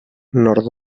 nord